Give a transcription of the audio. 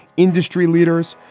industry leaders,